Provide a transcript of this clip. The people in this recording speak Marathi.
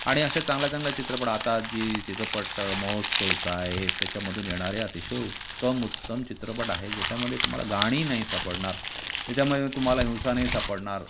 आणि अशा चांगल्या चांगल्या चित्रपट आता जी चित्रपट महोत्सव आहेत त्याच्यामधून येणारे अतिशय उत्तम उत्तम चित्रपट आहे ज्याच्यामध्ये तुम्हाला गाणी नाही सापडणार ज्याच्यामध्ये तुम्हाला हिंसा नाही सापडणार